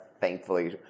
thankfully